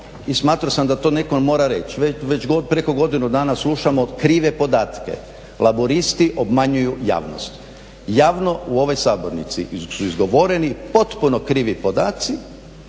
i smatrao sam da to netko mora reći, već preko godinu dana slušamo krive podatke. Laburisti obmanjuju javnost, javno u ovoj sabornici su izgovoreni potpuno krivi podaci